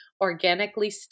organically